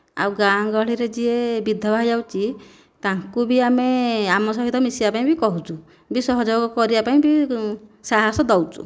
ଆଉ ଗାଁ ଗହଳିରେ ଯିଏ ବିଧବା ହୋଇଯାଉଛି ତାଙ୍କୁ ବି ଆମେ ଆମ ସହିତ ମିଶିବା ପାଇଁ ବି କହୁଛୁ ବି ସହଯୋଗ କରିବାପାଇଁ ବି ସାହସ ଦେଉଛୁ